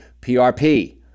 PRP